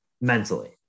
mentally